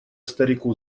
старику